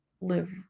live